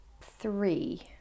Three